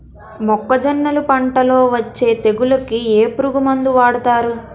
మొక్కజొన్నలు పంట లొ వచ్చే తెగులకి ఏ పురుగు మందు వాడతారు?